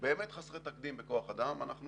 באמת חסרי תקדים בכוח אדם אנחנו